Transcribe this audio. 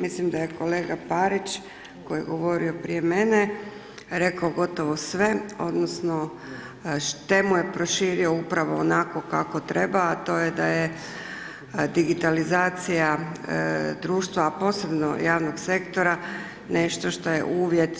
Mislim da je kolega Parić, koji je govorio prije mene, rekao gotovo sve, odnosno, temu je proširio upravo onako kako treba, a to je da je digitalizacija društva, a posebno javnog sektora nešto što je uvjet,